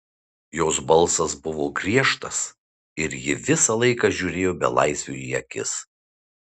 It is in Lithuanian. jos balsas buvo griežtas ir ji visą laiką žiūrėjo belaisviui į akis